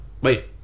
wait